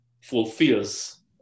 fulfills